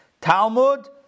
Talmud